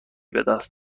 بدست